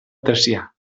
tràcia